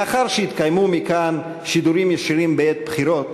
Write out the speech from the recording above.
לאחר שהתקיימו מכאן שידורים ישירים בעת הבחירות,